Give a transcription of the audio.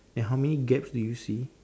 and how many gaps do you see